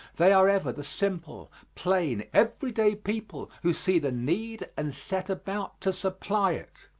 they are ever the simple, plain, everyday people who see the need and set about to supply it.